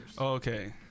Okay